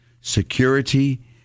security